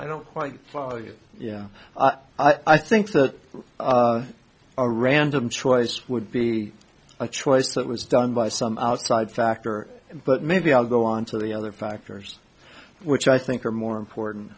i don't quite follow you i think that a random choice would be a choice that was done by some outside factor but maybe i'll go on to the other factors which i think are more important